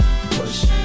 push